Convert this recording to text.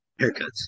haircuts